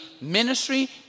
ministry